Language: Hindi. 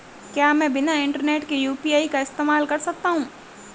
क्या मैं बिना इंटरनेट के यू.पी.आई का इस्तेमाल कर सकता हूं?